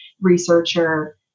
researcher